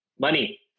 Money